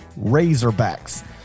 Razorbacks